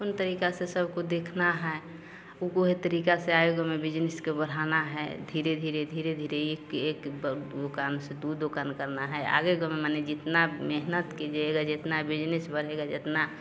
कौन तरीका से सब को देखना है उसी तरीका से एक में बिजनिस को बढ़ाना है धीरे धीरे धीरे धीरे एक के एक बड़ा दुकान से दो दुकान में करना है आगे माने जितना मेहनत कीजिएगा जितना बिजनिस बढ़ेगा जितना